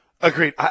Agreed